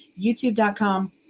youtube.com